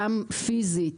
גם פיזית